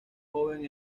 joven